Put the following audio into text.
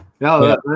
no